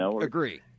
agree